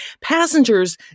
passengers